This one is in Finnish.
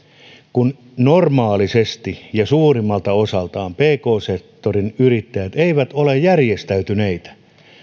kun normaalisti ja suurimmalta osaltaan pk sektorin yrittäjät eivät ole järjestäytyneitä